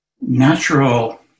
natural